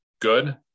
good